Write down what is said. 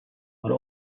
are